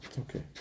Okay